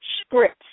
scripts